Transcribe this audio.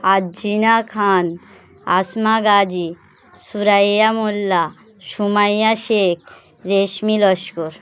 আজিনা খান আসমা গাজী সুরাইয়া মোল্লা সুমাইয়া শেখ রেশমি লস্কর